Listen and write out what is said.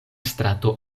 strato